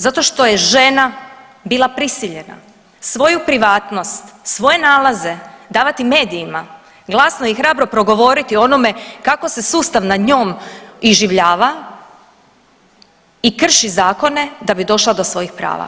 Zato što je žena bila prisiljena svoju privatnost, svoje nalaze davati medijima glasno i hrabro progovoriti o onome kako se sustav nad njom iživljava i krši zakone da bi došla do svojih prava.